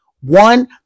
one